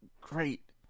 great